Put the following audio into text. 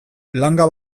langa